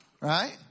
right